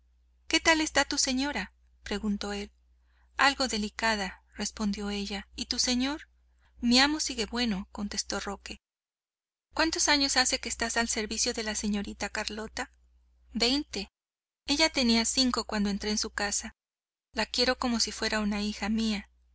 qué tal está tu señora preguntó él algo delicada respondió ella y tu señor mi amo sigue bueno contestó roque cuántos años hace que estás al servicio de la señorita carlota veinte tenía ella cinco cuando entré en su casa la quiero como si fuera una hija mía